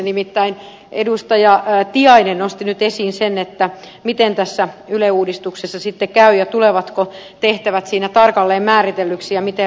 nimittäin edustaja tiainen nosti nyt esiin sen miten tässä yle uudistuksessa sitten käy ja tulevatko tehtävät siinä tarkalleen määritellyiksi ja miten rahoitus turvataan